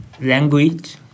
language